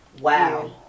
Wow